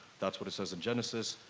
that's what it says in genesis.